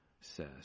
says